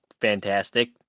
fantastic